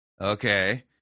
Okay